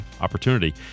opportunity